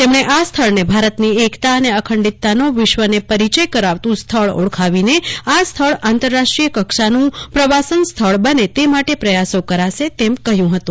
તેમણે આ સ્થળને ભારતની એકતા અને અખંડિતતાનો વિશ્વને પરિચય કરાવતું સ્થળ ઓળખાવીને આ સ્થળ આંતરરાષ્ટ્રીય કક્ષાનું પ્રવાસન સ્થળ બને તે માટે પ્રયાસો કરાશે તેમ કહ્યું હતું